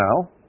now